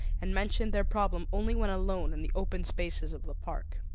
and mentioned their problem only when alone in the open spaces of the park.